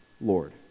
Lord